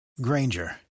Granger